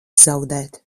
zaudēt